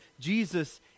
Jesus